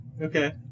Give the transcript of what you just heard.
Okay